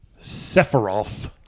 Sephiroth